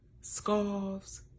scarves